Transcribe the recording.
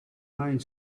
mind